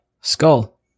Skull